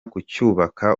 kucyubaka